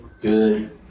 good